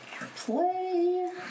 play